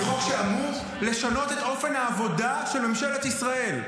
זה חוק שאמור לשנות את אופן העבודה של ממשלת ישראל,